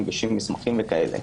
מגישים מסמכים וכאלה.